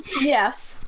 Yes